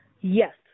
Yes